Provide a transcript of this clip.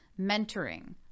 mentoring